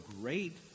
great